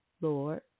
Lord